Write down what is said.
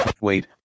Wait